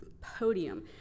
podium